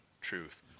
truth